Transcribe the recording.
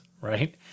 right